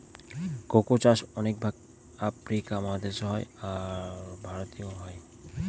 cocoa চাষ অনেক ভাগ আফ্রিকা মহাদেশে হয়, আর ভারতেও হয়